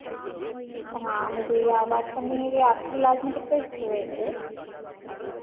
हाँ मुझे ये बात करनी है कि आपकी क्लास में कितने इस्टूडेंट हैं